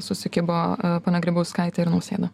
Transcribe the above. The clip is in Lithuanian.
susikibo ponia grybauskaitė ir nausėda